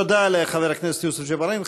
תודה לחבר הכנסת יוסף ג'בארין.